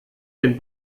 den